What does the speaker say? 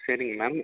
சரிங்க மேம்